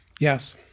Yes